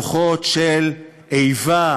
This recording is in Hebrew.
רוחות של איבה,